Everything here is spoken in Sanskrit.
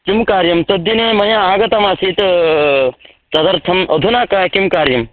किं कार्यं तद्दिने मया आगतमासीत् तदर्थम् अधुना किं किं कार्यं